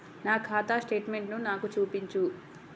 నా ఖాతా స్టేట్మెంట్ను నాకు చూపించు